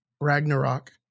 Ragnarok